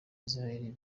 israel